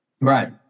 Right